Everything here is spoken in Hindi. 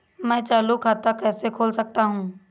मैं चालू खाता कैसे खोल सकता हूँ?